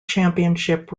championship